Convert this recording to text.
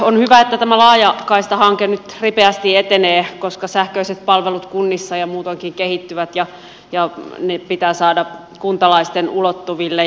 on hyvä että tämä laajakaistahanke nyt ripeästi etenee koska sähköiset palvelut kunnissa ja muutoinkin kehittyvät ja ne pitää saada kuntalaisten ulottuville